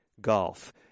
golf